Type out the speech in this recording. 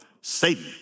Satan